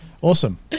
Awesome